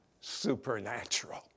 supernatural